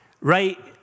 right